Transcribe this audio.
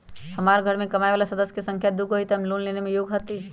हमार घर मैं कमाए वाला सदस्य की संख्या दुगो हाई त हम लोन लेने में योग्य हती?